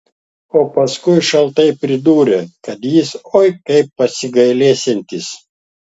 o paskui šaltai pridūrė kad jis oi kaip pasigailėsiantis